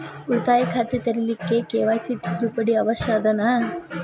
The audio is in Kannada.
ಉಳಿತಾಯ ಖಾತೆ ತೆರಿಲಿಕ್ಕೆ ಕೆ.ವೈ.ಸಿ ತಿದ್ದುಪಡಿ ಅವಶ್ಯ ಅದನಾ?